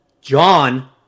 John